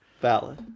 valid